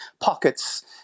pockets